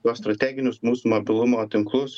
tuos strateginius mūsų mobilumo tinklus